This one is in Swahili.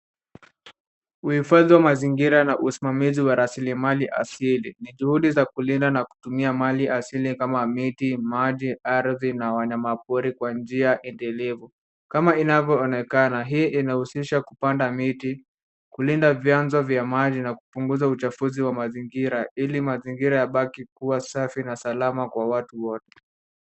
Uhifadhi wa mazingira na usimamizi wa raslimali asili ni juhudi za kulinda na kutumia mali asili kama miti, maji, ardhi na wanyamapori kwa njia endelevu. Kama inavyoonekana, hii inahusisha kupanda miti, kulinda vyanzo vya maji na kupunguza uchafuzi wa mazingira ili mazingira yabaki kuwa safi na salama kwa watu wote.